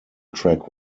track